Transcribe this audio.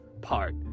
part